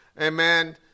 amen